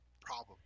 problem